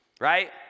right